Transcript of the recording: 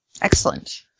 Excellent